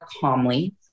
calmly